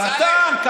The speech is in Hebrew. קטן.